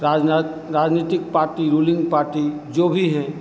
राजनात राजनीतिक party ruling party जो भी हैं